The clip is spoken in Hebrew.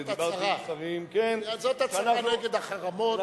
זאת הצהרה נגד החרמות.